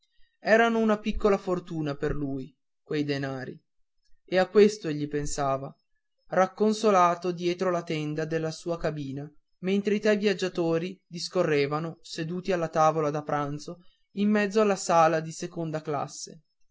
erano una piccola fortuna per lui quei denari e a questo egli pensava racconsolato dietro la tenda della sua cabina mentre i tre viaggiatori discorrevano seduti alla tavola da pranzo in mezzo alla sala della seconda classe